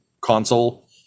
console